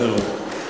שר הרווחה.